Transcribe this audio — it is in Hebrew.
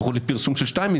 לפחות לפי פרסום של שטייניץ,